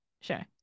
Sure